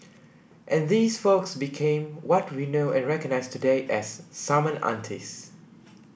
and these folks became what we know and recognise today as summon aunties